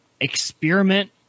experiment